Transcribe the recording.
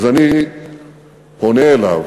אז אני פונה אליו